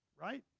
Right